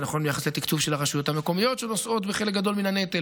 וזה נכון ביחס לתקצוב של הרשויות המקומיות שנושאות בחלק גדול מן הנטל,